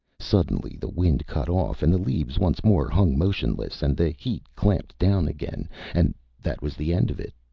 suddenly the wind cut off and the leaves once more hung motionless and the heat clamped down again and that was the end of it.